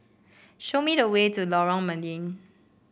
show me the way to Lorong Mydin